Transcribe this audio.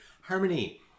Harmony